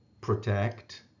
protect